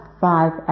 five